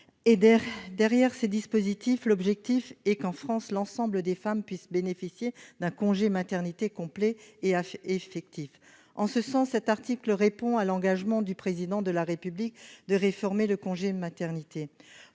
de ces dispositions est de permettre à l'ensemble des femmes, en France, de bénéficier d'un congé maternité complet et effectif. En ce sens, cet article répond à l'engagement du Président de la République de réformer le congé maternité.